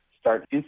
start